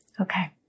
Okay